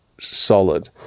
solid